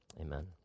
Amen